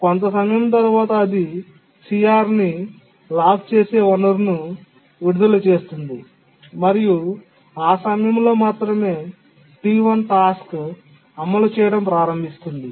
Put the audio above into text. కొంత సమయం తరువాత అది CR ని అన్లాక్ చేసే వనరును విడుదల చేస్తుంది మరియు ఆ సమయంలో మాత్రమే T1 టాస్క్ అమలు చేయడం ప్రారంభిస్తుంది